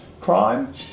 crime